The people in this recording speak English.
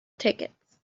tickets